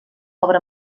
obra